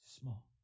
small